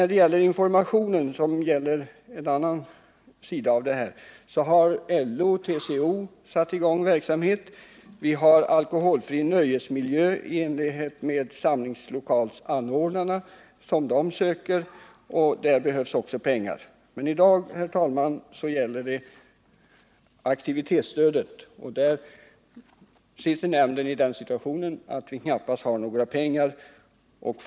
Beträffande informationen, som är en annan sida av saken, kan nämnas att LO och TCO har satt i gång en verksamhet. Samlingslokalsanordnarna ansöker också om medel för skapandet av en alkoholfri nöjesmiljö. I dag gäller det, herr talman, aktivitetsstödet. Nämnden befinner sig f. n. i den situationen att den knappast har några pengar alls.